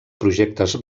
projectes